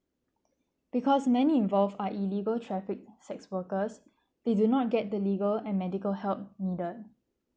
because many involved are illegal traffic sex workers they do not get the legal and medical help needed